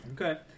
Okay